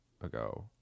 ago